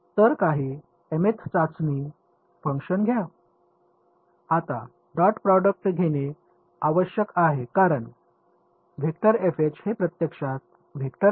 तर काही चाचणी फंक्शन घ्या आता डॉट प्रॉडक्ट घेणे आवश्यक आहे कारण हे प्रत्यक्षात वेक्टर आहे